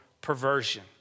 perversion